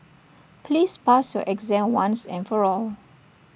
please pass your exam once and for all